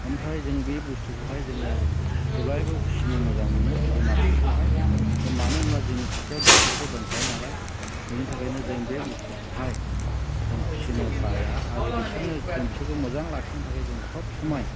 ओमफ्राय जों बे बुस्थुखौहाय जोङो जेब्लायबो फिसिनो मोजां मोनो जुनादफोरखौहाय मानोहोमब्ला जोंनि खाथियावहाय ड'क्टरबो दंखायोनालाय बिनिथाखायनो जों बे बुस्थुखौहाय जों फिसिनो बाया आरो बिसोरनो जों बिसोरखौ मोजां लाखिनो थाखाय जों सबसमाय